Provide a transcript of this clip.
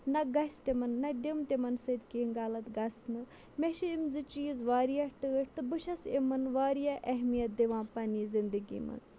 نہ گژھِ تِمن نہ دِم تِمَن سۭتۍ کینٛہہ غلط گژھنہٕ مےٚ چھِ یِم زٕ چیٖز واریاہ ٹٲٹھۍ تہٕ بہٕ چھَس یِمَن واریاہ اہمیِت دِوان پَننہِ زِندگی منٛز